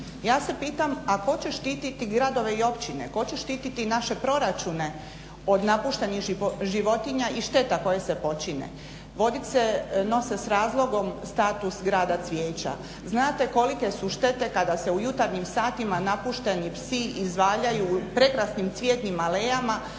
Ja se pitam a tko će štititi gradove i općine, tko će štititi naše proračune od napuštenih životinja i šteta koje se počine. Vodice nose s razlogom status grada cvijeća. Znate kolike su štete kada se u jutarnjim satima napušteni psi izvaljaju u prekrasnim cvjetnim alejama